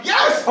Yes